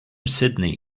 sydney